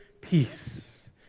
peace